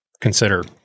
consider